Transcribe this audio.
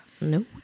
No